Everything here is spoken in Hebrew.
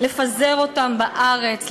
לפזר אותם בארץ,